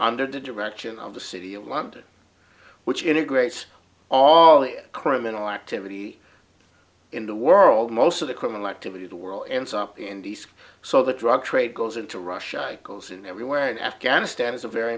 under the direction of the city of london which integrates all the criminal activity in the world most of the criminal activity the world ends up in d c so the drug trade goes into russia goes in everywhere in afghanistan is a very